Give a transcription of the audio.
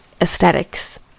aesthetics